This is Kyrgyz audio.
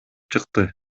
чыкты